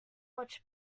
watch